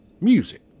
music